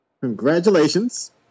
Congratulations